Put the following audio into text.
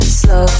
Slow